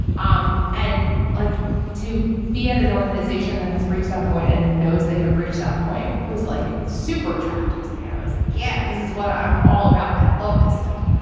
um and like to be at an organization that has reached that point and knows they have reached that point was like super attractive to me i was like yeah this is what i'm all about. i love this stuff.